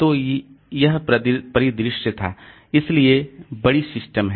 तो यह परिदृश्य था इसलिए बड़ी सिस्टम है